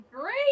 great